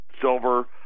silver